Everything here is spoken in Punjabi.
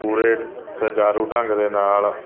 ਪੂਰੇ ਸੁਚਾਰੂ ਢੰਗ ਦੇ ਨਾਲ਼